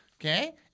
okay